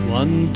one